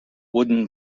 wooden